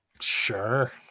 Sure